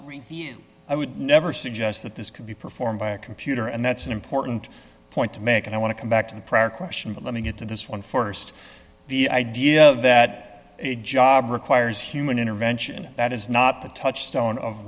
review i would never suggest that this could be performed by a computer and that's an important point to make and i want to come back to the prior question but let me get to this one st the idea that a job requires human intervention that is not the touchstone of